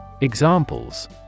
Examples